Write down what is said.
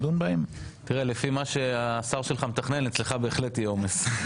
לפי מה שהשר שלך מתכנן אצלך בהחלט יהיה עומס.